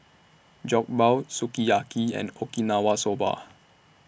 Jokbal Sukiyaki and Okinawa Soba